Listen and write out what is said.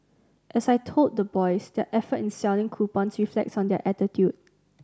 as I told the boys their effort in selling coupons reflects on their attitude